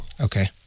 Okay